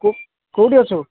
କେଉଁଠି ଅଛୁ